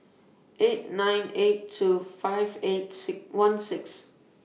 eight nine eight two five eight one six